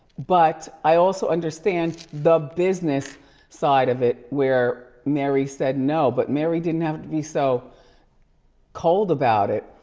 but i also understand the business side of it where mary said no, but mary didn't have to be so cold about it.